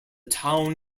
town